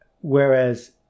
whereas